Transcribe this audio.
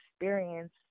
experience